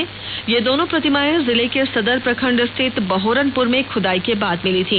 गौरतलब है कि ये दोनों प्रतिमायें जिले के सदर प्रखंड स्थित बहोरनपुर में खुदाई के बाद मिली थी